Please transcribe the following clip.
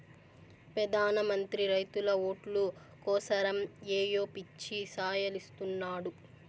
పెదాన మంత్రి రైతుల ఓట్లు కోసరమ్ ఏయో పిచ్చి సాయలిస్తున్నాడు